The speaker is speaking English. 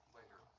later